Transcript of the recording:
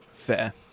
Fair